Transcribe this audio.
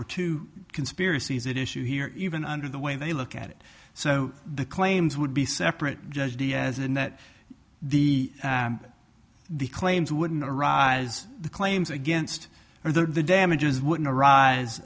were two conspiracies that issue here even under the way they look at it so the claims would be separate as and that the the claims wouldn't arise the claims against or the damages wouldn't arise